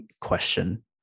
question